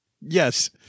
Yes